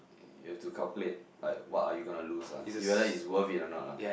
you have to calculate like what are you gonna lose ah see whether it's worth it or not ah